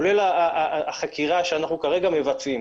כולל החקירה שכרגע אנחנו מבצעים